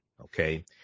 Okay